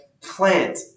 Plant